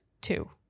two